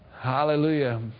Hallelujah